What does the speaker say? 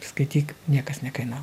skaityk niekas nekainav